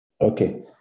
Okay